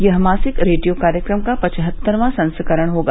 यह मासिक रेडियो कार्यक्रम का पचहत्तरवां संस्करण होगा